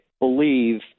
believe